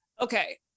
Okay